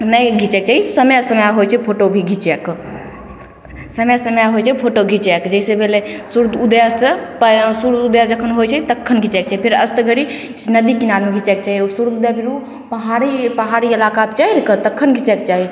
नहि घिचयके चाही समय समय होइ छै फोटो भी घिचयके समय समय होइ छै फोटो घिचयके जैसे भेलय सूर्य उदयसँ पह सूर्य उदय जखन होइ छै तखन घिचाइ छै फेर अस्त घड़ी नदी किनारेमे घिचाइके चाही सूर्य उदयके पहाड़ी पहाड़ी इलाकाके चढ़िके तखन घिचयके चाही